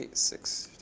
six,